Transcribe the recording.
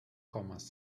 kommas